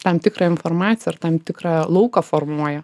tam tikrą informaciją ir tam tikrą lauką formuoja